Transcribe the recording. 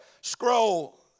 scroll